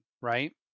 right